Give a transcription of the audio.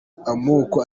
amoko